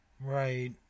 Right